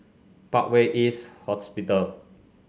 Parkway East Hospital